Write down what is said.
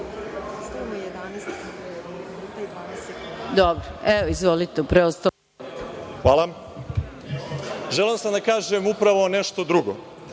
Hvala. Želeo sam da kažem upravo nešto drugo.